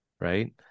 Right